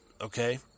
Okay